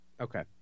Okay